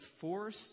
force